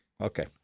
okay